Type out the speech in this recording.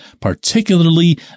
particularly